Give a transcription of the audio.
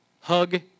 hug